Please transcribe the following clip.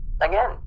again